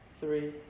three